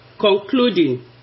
Concluding